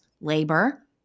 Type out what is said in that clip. labor